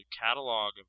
catalog